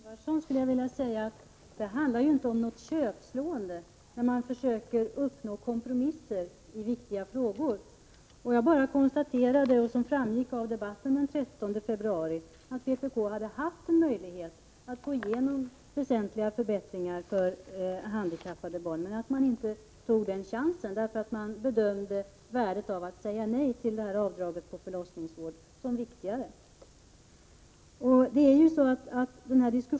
Herr talman! Till Margöé Ingvardsson skulle jag vilja säga att det inte handlar om något köpslående när man söker uppnå kompromisser i viktiga frågor. Jag konstaterade bara att — det framgick också i debatten den 13 februari — vpk hade en möjlighet att få igenom väsentliga förbättringar för handikappade barn. Men man tog inte den chansen därför att man bedömde värdet av att säga nej till avdraget för förlossningsvård som viktigare.